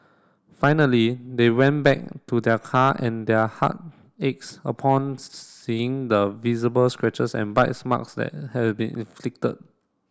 finally they went back to their car and their heart aches upon seeing the visible scratches and bites marks that had been inflicted